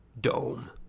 Dome